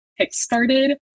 kickstarted